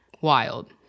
wild